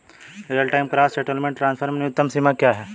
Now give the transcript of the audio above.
Real time gross settlement transfer में न्यूनतम सीमा क्या है?